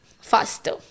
faster